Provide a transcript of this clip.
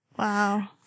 Wow